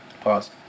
pause